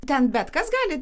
ten bet kas gali